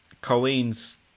Colleen's